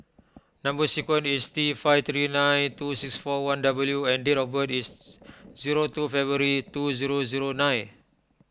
Number Sequence is T five three nine two six four one W and date of birth is zero two February two zero zero nine